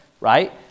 right